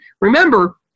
Remember